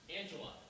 Angela